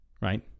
right